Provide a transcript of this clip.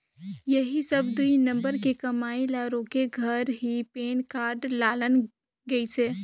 ऐही सब दुई नंबर के कमई ल रोके घर ही पेन कारड लानल गइसे